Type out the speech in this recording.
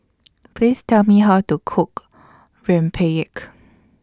Please Tell Me How to Cook Rempeyek